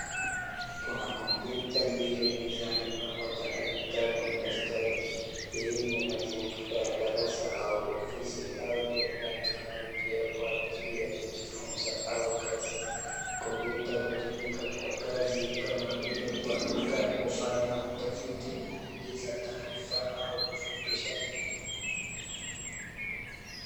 Kuna kompyuta mbili mezani pamoja na vitabu na daftari. Hii ni mazingira ya darasa au ofisi inayotumia teknolojia kwa ajili ya kujifunza au kazi. Kompyuta hutumika kwa kazi kama vile kuandika, kufanya utafiti, kuingiza taarifa au kufundisha.